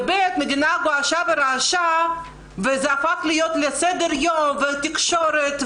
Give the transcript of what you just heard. ובי"ת המדינה געשה ורעשה וזה הפך להיות בסדר היום ובתקשורת,